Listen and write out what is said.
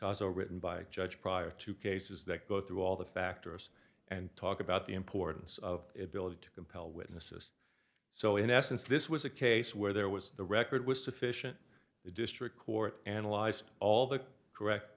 all written by judge prior to cases that go through all the factors and talk about the importance of ability to compel witnesses so in essence this was a case where there was the record was sufficient the district court analyzed all the correct